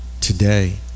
today